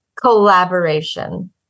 Collaboration